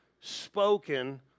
spoken